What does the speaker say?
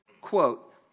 quote